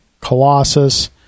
Colossus